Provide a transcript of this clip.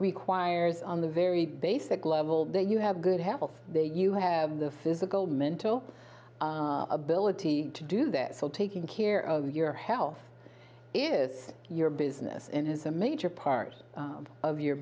requires on the very day basic level that you have good health there you have the physical mental ability to do that so taking care of your health is your business and is a major part of your